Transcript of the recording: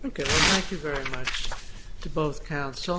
ok thank you very much to both counsel